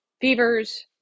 Fevers